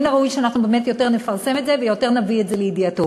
מן הראוי שאנחנו באמת יותר נפרסם את זה ויותר נביא את זה לידיעתו.